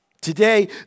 Today